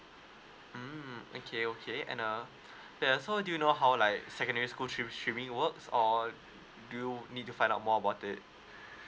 mm okay okay and err ya so do you know how like secondary school trip streaming works or do you need to find out more about it